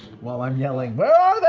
while i'm yelling where are they?